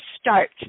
start